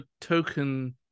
token